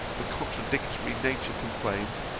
the contradictory nature complains,